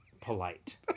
polite